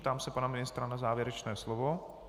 Ptám se pana ministra na závěrečné slovo.